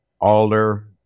alder